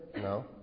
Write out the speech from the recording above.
No